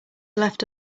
left